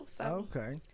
Okay